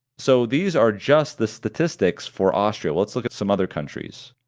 so these are just the statistics for austria let's look at some other countries.